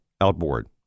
outboard